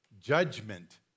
judgment